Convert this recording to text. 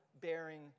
bearing